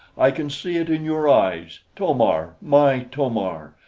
i can see it in your eyes, to-mar, my to-mar!